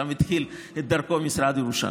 שם התחיל את דרכו משרד ירושלים,